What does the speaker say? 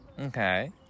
Okay